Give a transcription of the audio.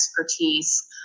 expertise